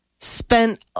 Spent